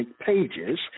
pages